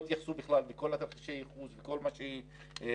בכל תרחישי הייחוס וכל מה שבדוח,